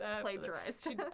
plagiarized